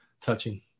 touching